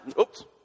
oops